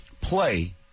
play